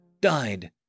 died